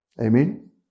Amen